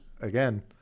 again